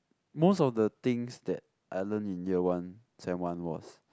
most of the things that I learn in year one sem one was